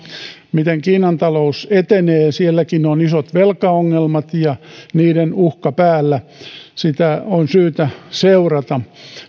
miten kiinan talous etenee sielläkin on isot velkaongelmat ja niiden uhka päällä on syytä seurata